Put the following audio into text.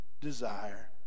desire